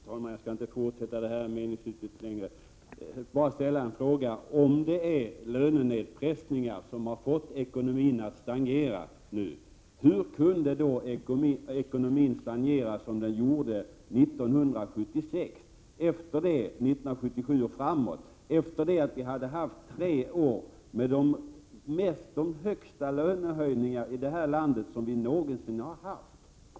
Fru talman! Jag skall inte fortsätta detta meningsutbyte. Jag vill bara ställa en fråga. Om det är lönenedpressningarna som fått ekonomin att stagnera, hur kunde då ekonomin stagnera som den gjorde 1977 och framåt, efter det att vi hade haft tre år med de högsta lönehöjningarna någonsin i detta land?